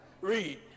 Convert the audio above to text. Read